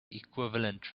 equivalent